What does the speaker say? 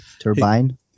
turbine